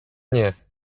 nie